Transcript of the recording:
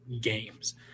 games